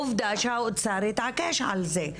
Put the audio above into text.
עובדה שהאוצר התעקש על זה,